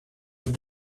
j’ai